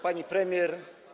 Pani Premier!